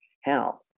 health